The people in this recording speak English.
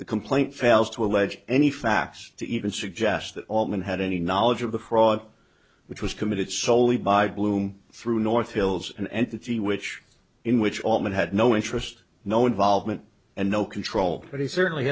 the complaint fails to allege any facts to even suggest that altman had any knowledge of the fraud which was committed soley by bloom through north hills an entity which in which altman had no interest no involvement and no control but he certainly